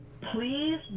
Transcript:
please